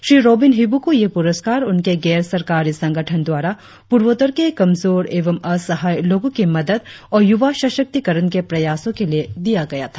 श्री रोबिन हिबू को ये प्रस्कार उनके गैर सरकारी संगठन द्वारा पूर्वोत्तर के कमजोर एवं असहाय लोगों की मदद और युवा सशक्तिकरण के प्रयासों के लिए दिया गया था